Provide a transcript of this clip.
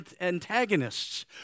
antagonists